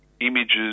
images